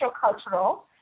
cultural